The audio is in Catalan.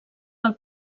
pel